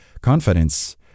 confidence